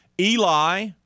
Eli